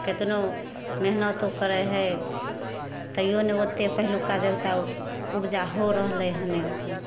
केतनो मेहनतो करै हइ तैयो नहि ओते पहिलुका जकाॅं ओ उपजा हो रहलै हन कऽ